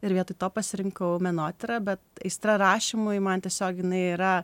ir vietoj to pasirinkau menotyrą bet aistra rašymui man tiesiog jinai yra